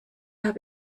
habe